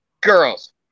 Girls